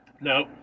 No